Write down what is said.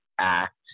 act